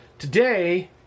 Today